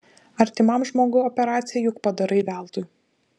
artimam žmogui operaciją juk padarai veltui